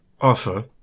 offer